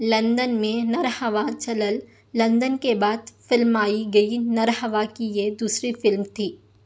London Nirahua Chalal چلل لندن کے بعد فلمائی گئی نرہوا کی یہ دوسری فلم تھی